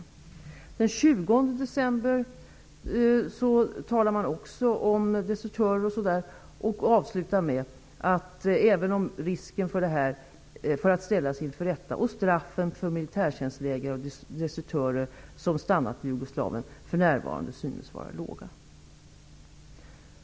Också den 20 december uttalar man sig om bl.a. desertörer och avslutar med att säga att även om risk finns att ställas inför rätta synes straffen för militärtjänstvägrande desertörer som stannat i Jugoslavien för närvarande vara låga.